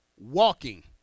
walking